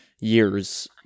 years